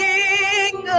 King